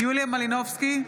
יוליה מלינובסקי,